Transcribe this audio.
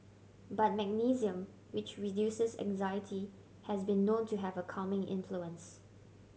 but magnesium which reduces anxiety has been known to have a calming influence